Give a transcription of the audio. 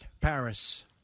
Paris